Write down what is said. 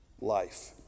life